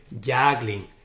juggling